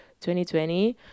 2020